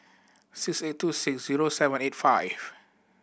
six eight two six zero seven eight five